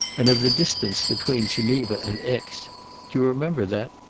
and of the distance between geneva and aix. do you remember that?